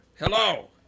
Hello